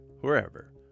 wherever